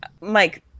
Mike